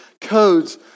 codes